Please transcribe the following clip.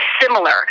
similar